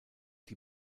die